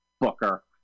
booker